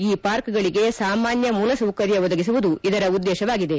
ಈ ಪಾರ್ಕ್ಗಳಿಗೆ ಸಾಮಾನ್ನ ಮೂಲಸೌಕರ್ಯ ಒದಗಿಸುವುದು ಇದರ ಉದ್ದೇಶವಾಗಿದೆ